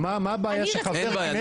זה באמת היה דבר חריג,